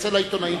תצא לעיתונאים,